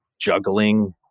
juggling